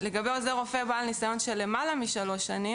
לגבי עוזר רופא של למעלה משלוש שנים,